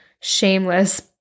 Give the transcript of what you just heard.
shameless